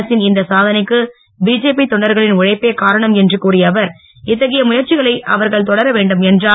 அரசின் இந்த சாதனைக்கு பிஜேபி தொண்டர்களின் உழைப்பே காரணம் என்று கூறிய அவர் இத்தகைய முயற்சிகளை அவர்கள் தொடரவேண்டும் என்றும்